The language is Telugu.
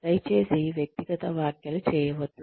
దయచేసి వ్యక్తిగత వ్యాఖ్యలు చేయవద్దు